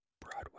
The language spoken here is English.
Broadway